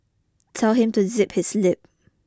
tell him to zip his lip